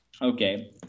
Okay